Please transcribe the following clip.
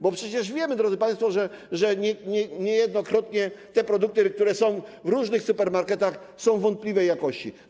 Bo przecież wiemy, drodzy państwo, że niejednokrotnie te produkty, które są w różnych supermarketach, są wątpliwej jakości.